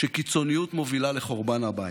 שקיצוניות מובילה לחורבן הבית.